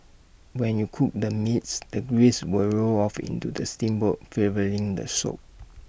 when you cook the meats the grease will roll off into the steamboat flavouring the soup